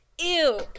Ew